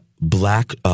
Black